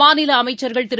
மாநில அமைச்சர்கள் திரு